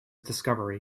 discovery